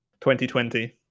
2020